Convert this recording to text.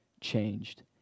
changed